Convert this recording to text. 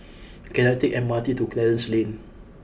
can I take the M R T to Clarence Lane